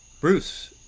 Bruce